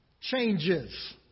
changes